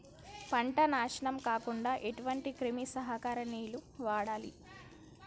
పంట నాశనం కాకుండా ఎటువంటి క్రిమి సంహారిణిలు వాడాలి?